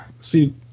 See